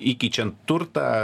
įkeičiant turtą